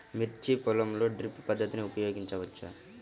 మిర్చి పొలంలో డ్రిప్ పద్ధతిని ఉపయోగించవచ్చా?